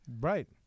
Right